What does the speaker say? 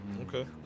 Okay